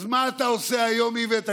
אז מה אתה עושה היום, איווט?